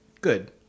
Good